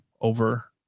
over